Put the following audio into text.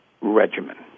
regimen